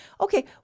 Okay